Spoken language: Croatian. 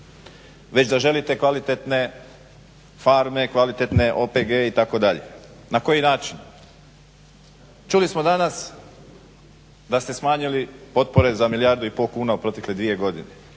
već da želite kvalitetne farme, kvalitetne OPG-e itd. Na koji način? Čuli smo danas da ste smanjili potpore za milijardu i pol kuna u protekle dvije godine.